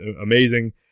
amazing